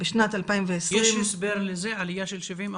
יש הסבר לזה, עלייה של 70%?